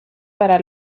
para